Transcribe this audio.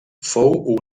fou